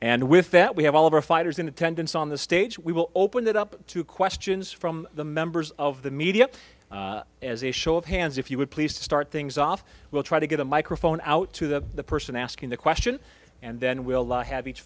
and with that we have all of our fighters in attendance on the stage we will open it up to questions from the members of the media as a show of hands if you would please start things off we'll try to get a microphone out to the person asking the question and then we'll have each